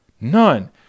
none